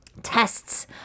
tests